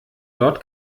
dort